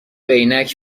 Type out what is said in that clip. عینک